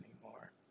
anymore